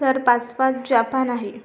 तर पाचवा जापान आहे